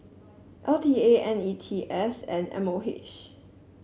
L T A N E T S and M O H